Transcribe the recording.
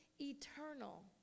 eternal